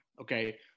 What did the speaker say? Okay